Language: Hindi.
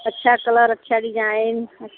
अच्छा कलर अच्छा डिजाइन